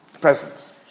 Presence